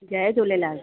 Jay Jhulelal